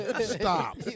Stop